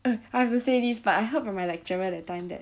uh I have to say this but I heard from my lecturer that time that